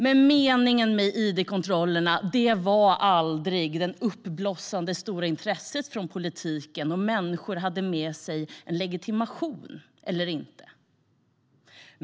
Men meningen med id-kontrollerna var aldrig det uppblossande, stora intresset från politiken om människor hade med sig en legitimation eller inte.